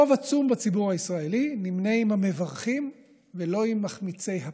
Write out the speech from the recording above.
רוב עצום בציבור הישראלי נמנה עם המברכים ולא עם מחמיצי הפנים.